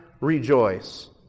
rejoice